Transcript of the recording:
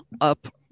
up